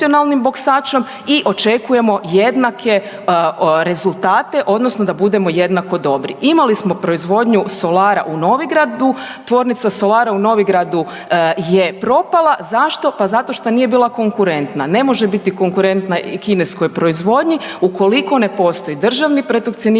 i očekujemo jednake rezultate odnosno da budemo jednako dobri. Imali smo proizvodnju solara u Novigradu, tvornica solara u Novigradu je propala, zašto, pa zato što nije bila konkurentna. Ne može biti konkurenta kineskoj proizvodnji ukoliko ne postoji državni protekcionizam